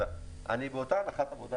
אני באותה הנחת עבודה.